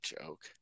joke